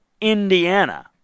Indiana